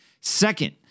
Second